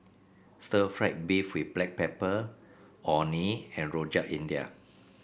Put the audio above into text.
stir fry beef with Black Pepper Orh Nee and Rojak India